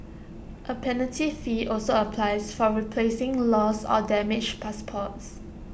A penalty fee also applies for replacing lost or damaged passports